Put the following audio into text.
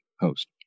host